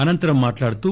అనంతరం మాట్లాడుతూ